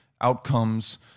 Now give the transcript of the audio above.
outcomes